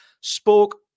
Spoke